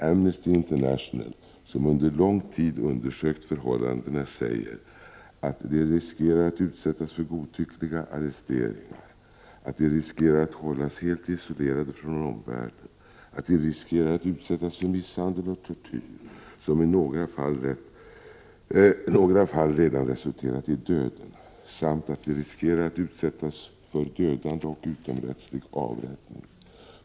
Amnesty International, som under lång tid undersökt förhållandena, säger: — att de riskerar att utsättas för godtyckliga arresteringar, — att de riskerar att hållas helt isolerade från omvärlden, — att de riskerar att utsättas för misshandel och tortyr, som i några fall redan resulterat i döden samt —- att de riskerar att utsättas för dödande och utomrättslig avrättning.